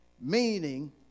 meaning